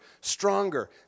stronger